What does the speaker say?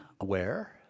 aware